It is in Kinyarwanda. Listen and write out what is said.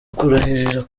kurahirira